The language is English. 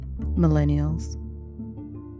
millennials